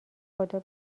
خدا